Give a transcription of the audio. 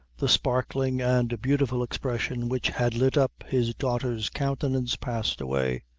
the sparkling and beautiful expression which had lit up his daughter's countenance passed away,